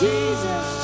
Jesus